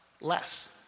less